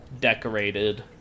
decorated